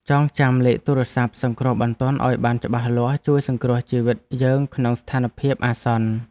ចងចាំលេខទូរស័ព្ទសង្គ្រោះបន្ទាន់ឱ្យបានច្បាស់លាស់ជួយសង្គ្រោះជីវិតយើងក្នុងស្ថានភាពអាសន្ន។